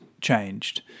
changed